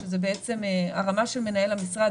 שזה בעצם הרמה של מנהל המשרד,